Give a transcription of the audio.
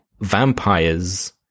vampires